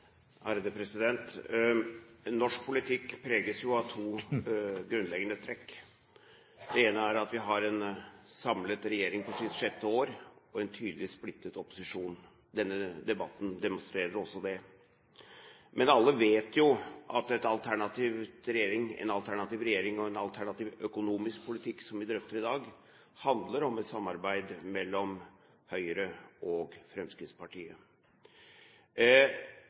at vi har en regjering som sitter på sitt sjette år, og så en tydelig splittet opposisjon. Denne debatten demonstrerer det. Men alle vet jo at en alternativ regjering og en alternativ økonomisk politikk, som vi drøfter i dag, handler om et samarbeid mellom Høyre og Fremskrittspartiet.